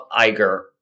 Iger